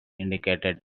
indicated